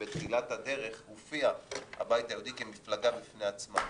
בתחילת הדרך מופיעה הבית היהודי כמפלגה בפני עצמה.